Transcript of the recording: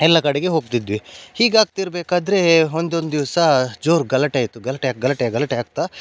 ಎಲ್ಲ ಕಡೆಗೆ ಹೋಗ್ತಿದ್ವಿ ಹೀಗಾಗ್ತಿರಬೇಕಾದ್ರೆ ಒಂದೊಂದು ದಿವಸ ಜೋರು ಗಲಾಟೆ ಆಯಿತು ಗಲಾಟೆ ಗಲಾಟೆ ಗಲಾಟೆ ಆಗ್ತಾ